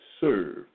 serve